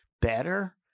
better